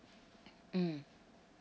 mm